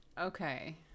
Okay